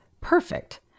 perfect